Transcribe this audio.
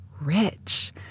rich